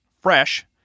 Fresh